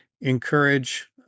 encourage